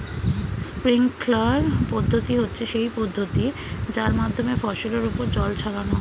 sprinkler পদ্ধতি হচ্ছে সেই পদ্ধতি যার মাধ্যমে ফসলের ওপর জল ছড়ানো হয়